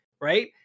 right